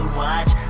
watch